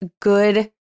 good